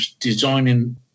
designing